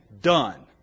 done